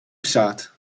přát